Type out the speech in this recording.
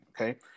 okay